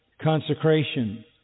consecration